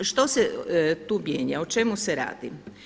Što se tu mijenja o čemu se radi?